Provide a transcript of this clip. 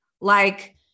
Like-